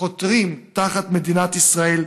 חותרים תחת מדינת ישראל,